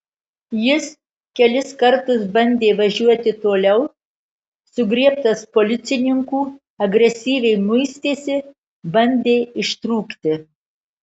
jis kelis kartus bandė važiuoti toliau sugriebtas policininkų agresyviai muistėsi bandė ištrūkti